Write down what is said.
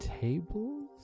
tables